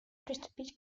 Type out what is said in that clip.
приступить